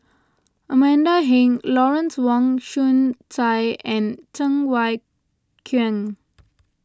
Amanda Heng Lawrence Wong Shyun Tsai and Cheng Wai Keung